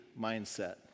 mindset